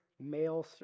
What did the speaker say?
male